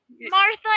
Martha